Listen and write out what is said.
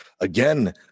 again